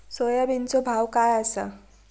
सोयाबीनचो भाव काय आसा?